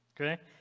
Okay